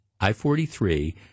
i-43